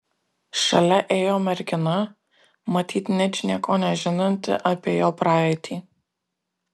šalia ėjo mergina matyt ničnieko nežinanti apie jo praeitį